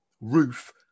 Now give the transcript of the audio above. roof